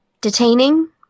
detaining